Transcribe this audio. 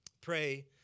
Pray